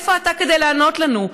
איפה אתה כדי לענות לנו?